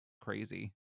crazy